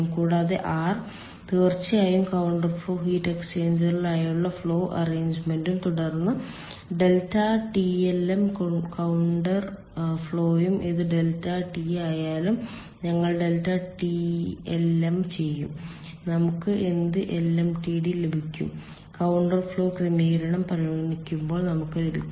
കൂടാതെ R തീർച്ചയായും counter flow heat എക്സ്ചേഞ്ചറിനായുള്ള ഫ്ലോ അറേഞ്ച്മെന്റും തുടർന്ന് ഡെൽറ്റ TLM കൌണ്ടർ ഫ്ലോയും ഏത് ഡെൽറ്റ ടി ആയാലും ഞങ്ങൾ ഡെൽറ്റ TLM ചെയ്യും നമുക്ക് എന്ത് LMTD ലഭിക്കും കൌണ്ടർ ഫ്ലോ ക്രമീകരണം പരിഗണിക്കുമ്പോൾ നമുക്ക് ലഭിക്കും